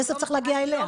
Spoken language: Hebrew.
הכסף צריך להגיע אליה.